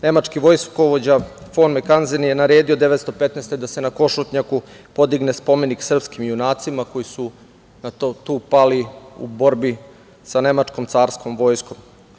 Nemački vojskovođa Fon Mekanzev je naredio 1915. godine da se na Košutnjaku podigne spomenik srpskim junacima koji su tu pali u borbi sa nemačkom carskom vojskom.